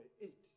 eight